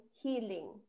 healing